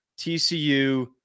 TCU